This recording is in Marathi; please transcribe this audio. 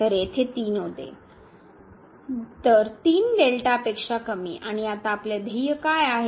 तर येथे 3 होते तर 3δ पेक्षा कमी आणि आता आपले ध्येय काय आहे